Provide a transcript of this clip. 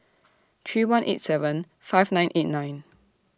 three one eight seven five nine eight nine